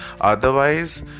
Otherwise